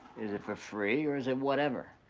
is it for free or is it whatever?